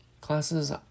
Classes